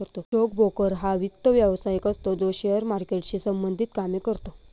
stock broker हा वित्त व्यवसायिक असतो जो शेअर मार्केटशी संबंधित कामे करतो